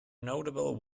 notable